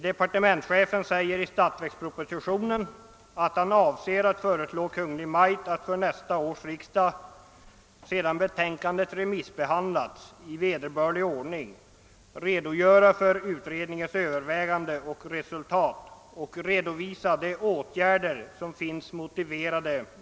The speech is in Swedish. Departementschefen säger i statsverkspropositionen att han avser att för nästa års riksdag i vederbörlig ordning redogöra för utredningens överväganden och resultat och redovisa de åtgärder som synes motiverade.